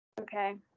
okay